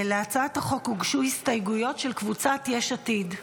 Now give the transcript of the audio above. להצעת החוק הוגשו הסתייגויות של קבוצת יש עתיד.